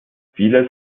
vieles